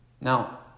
Now